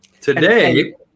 Today